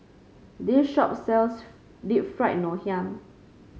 this shop sells Deep Fried Ngoh Hiang